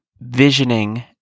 visioning